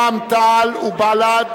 רע"ם-תע"ל ובל"ד,